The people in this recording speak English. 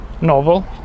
novel